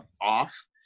off